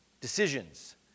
decisions